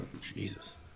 Jesus